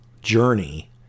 journey